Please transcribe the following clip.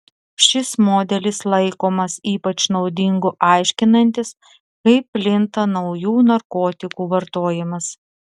šis modelis laikomas ypač naudingu aiškinantis kaip plinta naujų narkotikų vartojimas